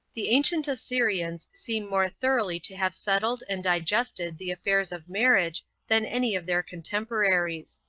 the ancient assyrians seem more thoroughly to have settled and digested the affairs of marriage, than any of their cotemporaries.